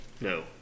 No